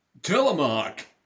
Telemark